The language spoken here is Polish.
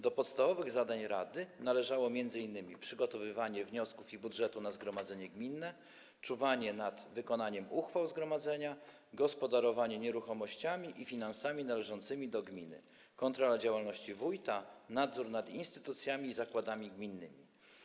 Do podstawowych zadań rady należało m.in. przygotowywanie wniosków i budżetu na zgromadzenie gminne, czuwanie nad wykonaniem uchwał zgromadzenia, gospodarowanie nieruchomościami i finansami należącymi do gminy, kontrola działalności wójta, nadzór nad instytucjami i zakładami gminnymi.